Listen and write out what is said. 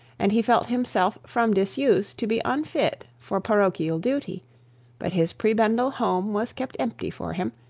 and he felt himself from disuse to be unfit for parochial duty but his prebendal home was kept empty for him,